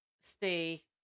stay